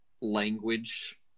language